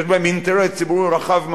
שיש בהם אינטרס ציבורי רחב מאוד,